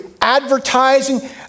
advertising